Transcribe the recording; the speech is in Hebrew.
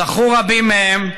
זכו רבים מהם,